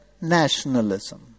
Nationalism